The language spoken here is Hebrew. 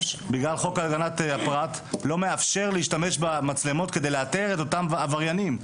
בגלל חוק הגנת הפרט לא מאפשר להשתמש במצלמות כדי לאתר את אותם עבריינים.